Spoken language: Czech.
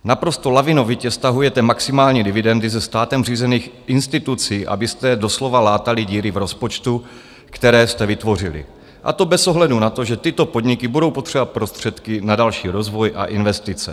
Naprosto lavinovitě stahujete maximální dividendy ze státem řízených institucí, abyste doslova látali díry v rozpočtu, které jste vytvořili, a to bez ohledu na to, že tyto podniky budou potřebovat prostředky na další rozvoj a investice.